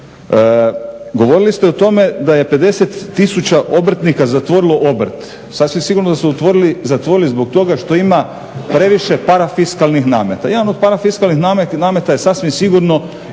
Govorili ste o tome da je 50 tisuća obrtnika zatvorilo obrt. Sasvim sigurno da su zatvorili zbog toga što imamo parafiskalnih nameta. Jedan od parafiskalnih nameta je sasvim sigurno